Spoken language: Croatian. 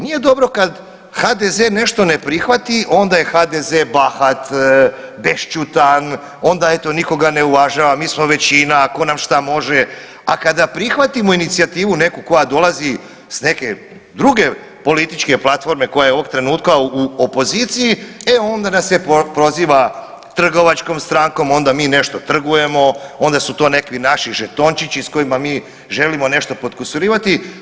Nije dobro kad HDZ nešto ne prihvati onda je HDZ bahat, bešćutan onda eto nikoga ne uvažava, mi smo većina tko nam šta može, a kada prihvatimo inicijativu neku koja dolazi s neke druge političke platforme koja je ovog trenutka u opoziciji, e onda nas se proziva trgovačkom strankom, onda mi nešto trgujemo, onda su to neki naši žetončići s kojima mi želimo nešto podkusurivati.